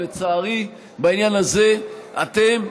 לצערי, בעניין הזה אתם,